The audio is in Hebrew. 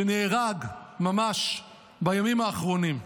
שנהרג ממש בימים האחרונים,